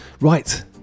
Right